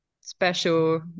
special